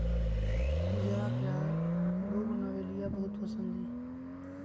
पूजवा के लाल बोगनवेलिया बहुत पसंद हई